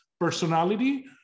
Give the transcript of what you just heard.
personality